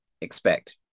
expect